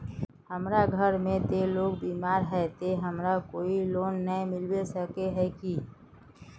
हमर घर में ते लोग बीमार है ते हमरा कोई लोन नय मिलबे सके है की?